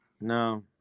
No